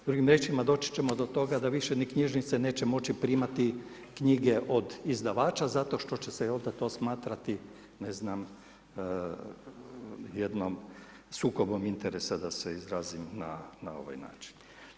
Drugim riječima doći ćemo do toga da više ni knjižnice neće moći primati knjige od izdavača zato što će se onda to smatrati ne znam jednim sukobom interesa da se izrazim na ovaj način.